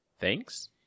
Thanks